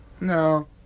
No